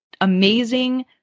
amazing